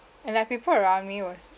and like people around me was